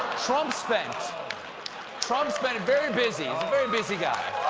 trump's been trump's been very busy, very busy guy.